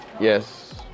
Yes